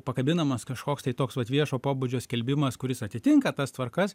pakabinamas kažkoks tai toks vat viešo pobūdžio skelbimas kuris atitinka tas tvarkas